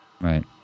Right